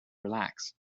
relax